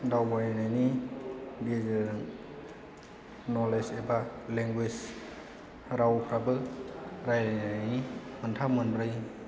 दावबायनायनि गेजेरजों न'लेज एबा लेंगुवेज रावफ्राबो रायलायनायनि मोनथाम मोनब्रै